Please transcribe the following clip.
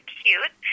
cute